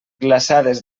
glaçades